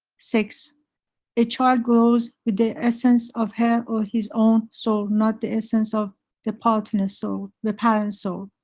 six a child grows with the essence of her or his own soul, not the essence of the partner's soul, the parent's soul.